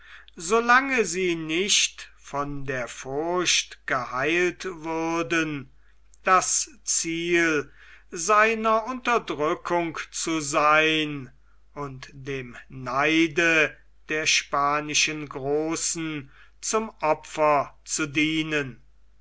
lange sie nicht von der furcht geheilt würden das ziel seiner unterdrückung zu sein und dem neide der spanischen großen zum opfer zu dienen